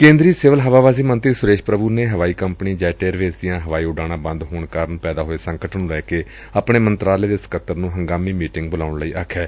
ਕੇਂਦਰੀ ਸਿਵਲ ਹਵਾਬਾਜ਼ੀ ਮੰਤਰੀ ਸੁਰੇਸ਼ ਪ੍ਰਭੂ ਨੇ ਹਵਾਈ ਕੰਪਨੀ ਜੈੱਟ ਏਅਰਵੇਜ਼ ਦੀਆਂ ਹਵਾਈ ਉਡਾਣਾਂ ਬੰਦ ਹੋਣ ਕਾਰਨ ਪੈਦਾ ਹੋਏ ਸੰਕਟ ਨੂੰ ਲੈ ਕੇ ਆਪਣੇ ਮੰਤਰਾਲੇ ਦੇ ਸਕੱਤਰ ਨੂੰ ਹੰਗਾਮੀ ਮੀਟਿਗ ਬੁਲਾਉਣ ਲਈ ਕਿਹੈ